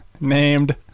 named